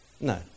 no